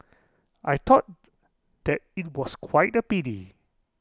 I thought that IT was quite A pity